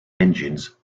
engines